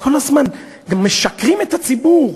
כל הזמן גם משקרים לציבור: